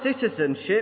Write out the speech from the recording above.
citizenship